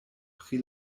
pri